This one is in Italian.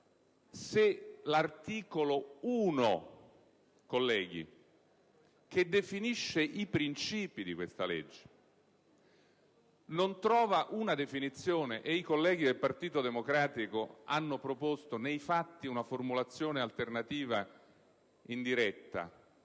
se l'articolo 1, che definisce i principi di questa legge, non trova una definizione - i colleghi del Partito Democratico hanno proposto nei fatti una formulazione alternativa indiretta